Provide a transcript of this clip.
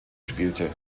spielte